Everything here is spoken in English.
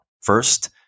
first